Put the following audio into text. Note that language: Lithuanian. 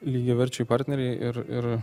lygiaverčiai partneriai ir ir